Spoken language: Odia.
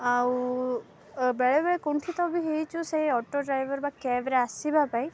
ଆଉ ବେଳେ ବେଳେ କୁଣ୍ଠିତ ବି ହେଇଛୁ ସେଇ ଅଟୋ ଡ୍ରାଇଭର୍ ବା କ୍ୟାବ୍ରେ ଆସିବା ପାଇଁ